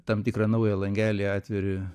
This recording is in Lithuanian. tam tikrą naują langelį atveri